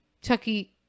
Chucky